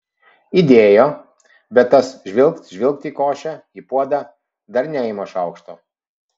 įdėjo bet tas žvilgt žvilgt į košę į puodą dar neima šaukšto